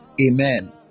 Amen